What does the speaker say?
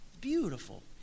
beautiful